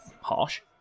Harsh